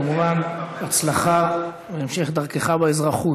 כמובן, הצלחה בהמשך דרכך באזרחות.